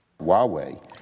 Huawei